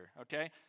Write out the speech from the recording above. okay